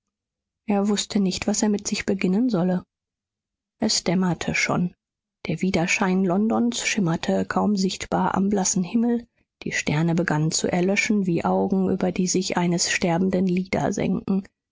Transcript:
er wußte nicht was er mit sich beginnen solle es dämmerte schon der widerschein londons schimmerte kaum sichtbar am blassen himmel die sterne begannen zu erlöschen wie augen über die sich eines sterbenden lider